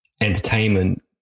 entertainment